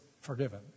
forgiven